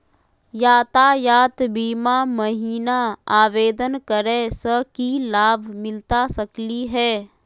यातायात बीमा महिना आवेदन करै स की लाभ मिलता सकली हे?